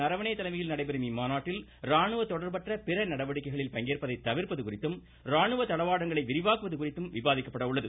நரவணே தலைமையில் நடைபெறும் இம்மாநாட்டில் ராணுவ தொடர்பற்ற பிற நடவடிக்கைகளில் பங்கேற்பதை தவிர்ப்பது குறித்தும் ராணுவ தளவாடங்களை விரிவாக்குவது குறித்தும் விவாதிக்கப்பட உள்ளது